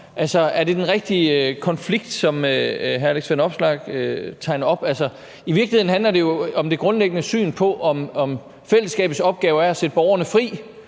om det er den rigtige konflikt, som hr. Alex Vanopslagh tegner op. I virkeligheden handler det jo om det grundlæggende syn på, om fællesskabets opgave er at sætte borgerne fri